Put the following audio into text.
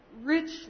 rich